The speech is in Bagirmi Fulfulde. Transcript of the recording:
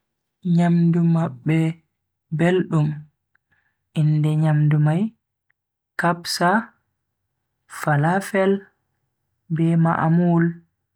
Nyamdu mabbe beldum, inde nyamdu mai kabsa, falafel be ma'amoul.